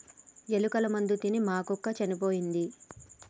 ఎలుకల మందు తిని మా కుక్క చనిపోయింది